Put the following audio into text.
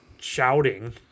shouting